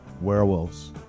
werewolves